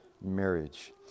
marriage